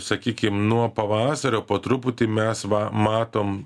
sakykim nuo pavasario po truputį mes va matom